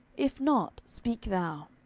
if not speak thou.